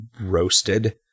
roasted